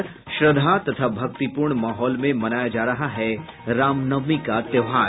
और श्रद्धा तथा भक्तिपूर्ण माहौल में मनाया जा रहा है रामनवमी का त्योहार